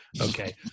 Okay